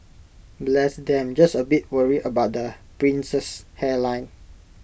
bless them just A bit worried about the prince's hairline